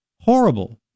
horrible